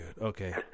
okay